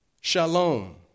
Shalom